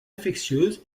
infectieuses